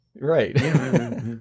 Right